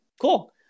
cool